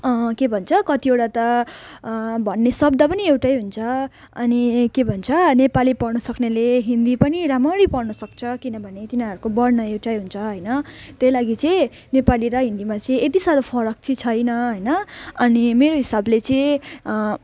के भन्छ कतिवटा त भन्ने शब्द पनि एउटै हुन्छ अनि ए के भन्छ नेपाली पढ्नसक्नेले हिन्दी पनि राम्ररी पढ्नसक्छ किनभने तिनीहरूको वर्ण एउटै हुन्छ होइन त्यही लागि चाहिँ नेपाली र हिन्दीमा चाहिँ यति साह्रो फरक चाहिँ छैन होइन अनि मेरो हिसाबले चाहिँ